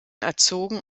erzogen